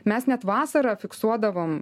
mes net vasarą fiksuodavom